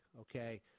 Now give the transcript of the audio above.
okay